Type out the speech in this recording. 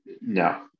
No